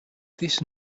this